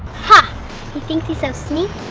ha! he thinks he's so sneaky,